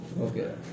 okay